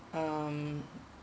um